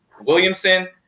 Williamson